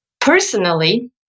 Personally